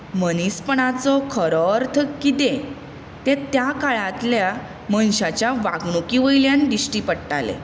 मनीसपणाचो खरो अर्थ कितें तें त्या काळांतल्या मनशाच्या वागणुकी वयल्यान दिश्टी पडटालें